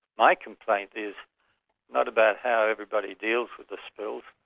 my complaint is not about how everybody deals with the spills.